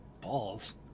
Balls